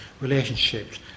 relationships